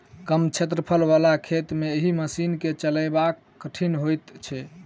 कम क्षेत्रफल बला खेत मे एहि मशीन के चलायब कठिन होइत छै